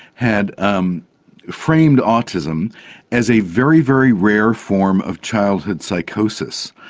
had um framed autism as a very, very rare form of childhood psychosis,